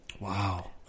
Wow